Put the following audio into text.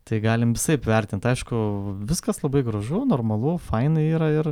tai galim visaip vertint aišku viskas labai gražu normalu fainai yra ir